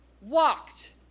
walked